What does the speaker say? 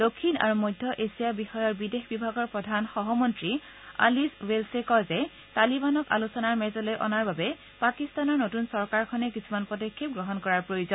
দক্ষিণ আৰু মধ্য এছিয়া বিষয়ৰ বিদেশ বিভাগৰ প্ৰধান সহঃমন্ত্ৰী আলিছ ৱেলছে কয় যে তালিৱানক আলোচনাৰ মেজলৈ অনাৰ বাবে পাকিস্তানৰ নতূন চৰকাৰখনে কিছুমান পদক্ষেপ গ্ৰহণ কৰাৰ প্ৰয়োজন